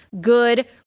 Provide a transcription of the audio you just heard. good